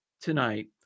tonight